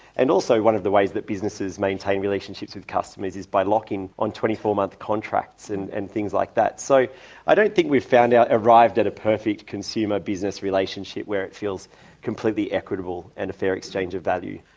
and also one of the ways that businesses maintain relationships with customers is by locking on twenty four month contracts and and things like that. so i don't think we've found out, arrived at a perfect consumer-business relationship where it feels completely equitable and a fair exchange of value.